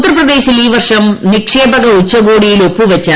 ഉത്തർപ്രദേശിൽ ഈ വർഷം നിക്ഷേപക ഉച്ചകോടിയിൽ ഒപ്പൂപ്പിച്ചു